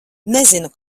nezinu